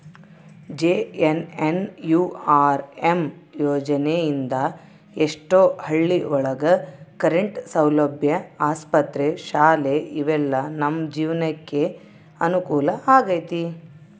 JNNURM ಯೋಜನೆ ಇಂದ ಎಷ್ಟೋ ಹಳ್ಳಿ ಒಳಗ ಕರೆಂಟ್ ಸೌಲಭ್ಯ ಆಸ್ಪತ್ರೆ ಶಾಲೆ ಇವೆಲ್ಲ ನಮ್ ಜೀವ್ನಕೆ ಅನುಕೂಲ ಆಗೈತಿ